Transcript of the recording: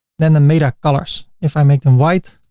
then the meta colors. if i make them white,